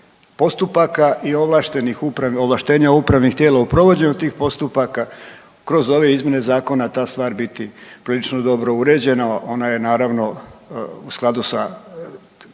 postupaka i ovlaštenja upravnih tijela u provođenju tih postupaka kroz ove izmjene zakona ta stvar biti prilično dobro uređena. Ona je naravno u skladu sa